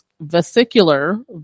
vesicular